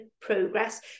progress